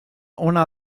ona